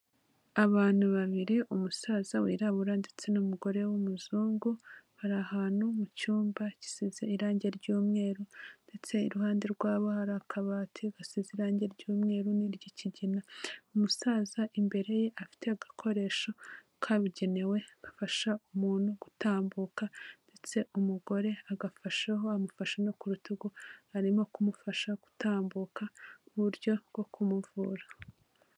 Abantu babiri, umusaza wirabura ndetse n'umugore w'umuzungu, bari ahantu mu cyumba gisize irangi ry'umweru ndetse iruhande rwabo hari akabati gasize irangi ry'umweru n'iry'ikigina, umusaza imbere ye afite agakoresho kabugenewe gafasha umuntu gutambuka ndetse umugore agafashaho, amufasha no ku rutugu, arimo kumufasha gutambuka mu buryo bwo kumuvura.